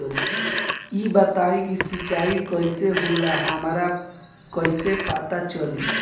ई बताई कि रिचार्ज कइसे होला हमरा कइसे पता चली?